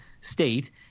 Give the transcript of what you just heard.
state